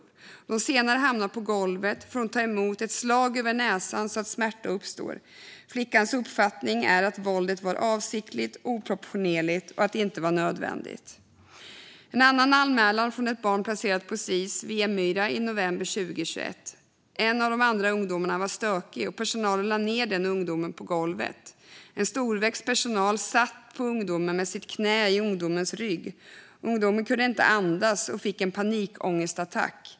Då hon senare hamnar på golvet får hon ta emot ett slag över näsan så att smärta uppstår... Flickans uppfattning är att våldet var avsiktligt, oproportionerligt och att det inte var nödvändigt". En annan anmälan från ett barn placerat på Sis-hemmet Vemyra, november 2021: "En av de andra ungdomarna var stökig och personal lade ned den ungdomen på golvet. En storväxt personal satt på ungdomen med sitt knä i ungdomens rygg. Ungdomen kunde inte andas och fick en panikångestattack.